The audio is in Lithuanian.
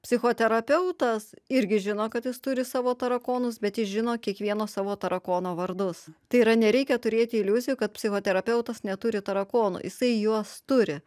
psichoterapeutas irgi žino kad jis turi savo tarakonus bet jis žino kiekvieno savo tarakono vardus tai yra nereikia turėti iliuzijų kad psichoterapeutas neturi tarakonų jisai juos turi